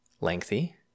lengthy